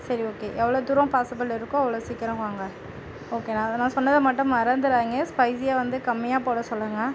சரி ஓகே எவ்வளோ தூரம் பாசிபிள் இருக்கோ அவ்வளோ சீக்கிரம் வாங்க ஓகேண்ணா நான் சொன்னதை மட்டும் மறந்துராதிங்க ஸ்பைசியை வந்து கம்மியாக போட சொல்லுங்கள்